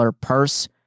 purse